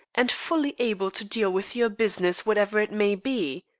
and fully able to deal with your business, whatever it may be,